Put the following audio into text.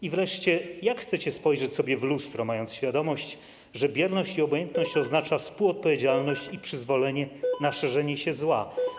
I wreszcie: Jak chcecie spojrzeć w lustro, mając świadomość, że bierność i obojętność oznaczają współodpowiedzialność i przyzwolenie na szerzenie się zła?